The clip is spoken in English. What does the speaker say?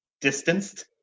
Distanced